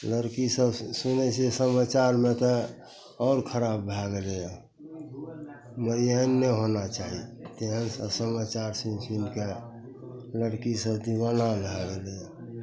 लड़कीसभ सुनै छै समाचारमे तऽ आओर खराब भै गेलै यऽ एहन नहि होना चाही तेहन सब समाचार सुनि सुनिके लड़कीसभ दिवाना भै गेलै यऽ